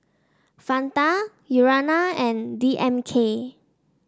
Fanta Urana and D M K